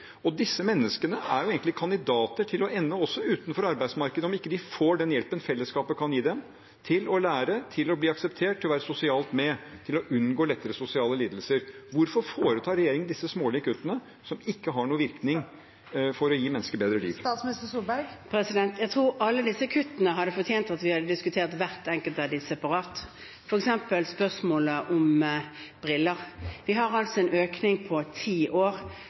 Disse menneskene er egentlig kandidater til å ende opp utenfor arbeidsmarkedet om de ikke får den hjelpen fellesskapet kan gi dem, til å lære, til å bli akseptert, til å være med i det sosiale, til å unngå lettere sosiale lidelser. Hvorfor foretar regjeringen disse smålige kuttene som ikke har noen virkning for å gi mennesker bedre liv? Alle disse kuttene hadde fortjent å bli diskutert separat, f.eks. spørsmålet om briller. Vi har på ti år hatt mer enn en